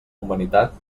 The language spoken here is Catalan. humanitat